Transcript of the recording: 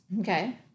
Okay